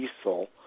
diesel